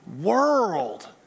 world